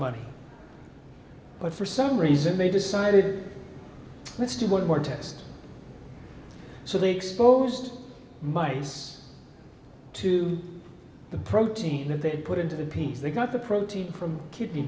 but for some reason they decided let's do one more test so they exposed mice to the protein that they put into the piece they got the protein from kidney